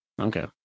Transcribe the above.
Okay